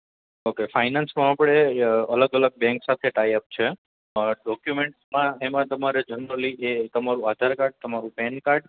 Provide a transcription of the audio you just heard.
okay ફાઇનાન્સમાં આપણે અલગ અલગ બેંક સાથે ટાઈ અપ છે ડોક્યુમેન્ટ્સમાં એમાં તમારે જનરલી એ તમારું આધારકાર્ડ તમારું પેનકાર્ડ